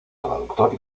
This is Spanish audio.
traductor